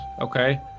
Okay